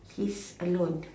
he's alone